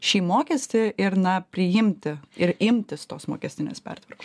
šį mokestį ir na priimti ir imtis tos mokestinės pertvarkos